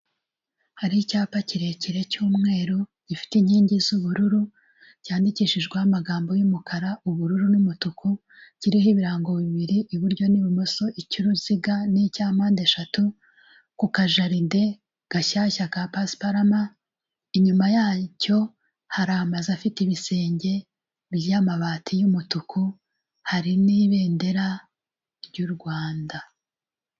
Hariho icyapa kirekire cy'umweru gifite inkingi z'ubururu cyandikishijweho amagambo y'umukara ubururu n'umutuku kiriho ibirango bibiri iburyo n'ubumoso ikiruziga n'icya mpande eshatu ku kajarinde gashyashya ka pasuparuma inyuma yacyo hari amazu afite ibisenge by'amabati yumutuku hari n'ibendera ry'u rwanda.